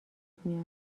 میاد